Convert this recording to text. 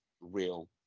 real